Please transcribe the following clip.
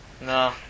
no